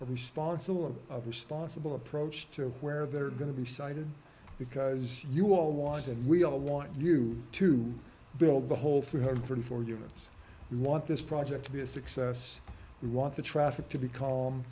responsible and responsible approach to where they're going to be sited because you all want and we all want you to build the whole three hundred thirty four units we want this project to be a success we want the traffic to be calm